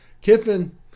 Kiffin